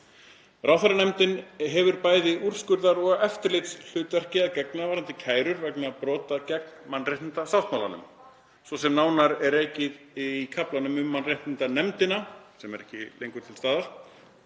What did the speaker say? Ráðherranefndin hefur bæði úrskurðar- og eftirlitshlutverki að gegna varðandi kærur vegna brota gegn mannréttindasáttmálanum. Svo sem nánar er rakið í kaflanum um mannréttindanefndina“ — sem er ekki lengur til staðar